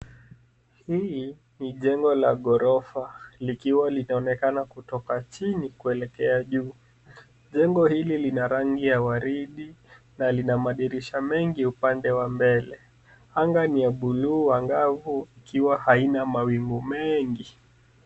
Hii ni jengo la ghorofa likiwa linaonekana kutoka chini kuelekea juu. Jengo hili lina rangi ya waridi na lina madirisha mengi upande wa mbele. Anga ni ya buluu angavu ikiwa haina mawingu mengi.